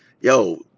yo